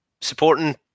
supporting